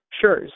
Sure